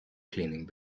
cleaning